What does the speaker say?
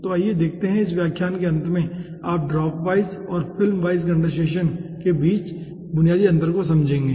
तो आइए देखते हैं इस व्याख्यान के अंत में आप ड्रॉप वाइज और फिल्म कंडेनसेशन के बीच बुनियादी अंतर को समझेंगे